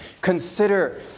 consider